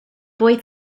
boy